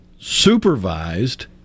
supervised